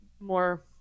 more